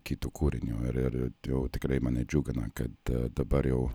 kitų kūrinių ir ir jau tikrai mane džiugina kad dabar jau